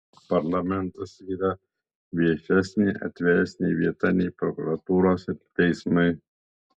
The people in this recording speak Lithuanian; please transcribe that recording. parlamentas yra viešesnė atviresnė vieta nei prokuratūros ar teismai